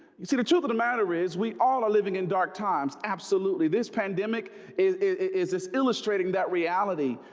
you see the truth of the matter is we all are living in dark times. absolutely. this pandemic is is this illustrating that reality.